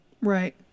Right